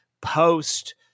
post